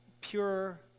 pure